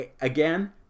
again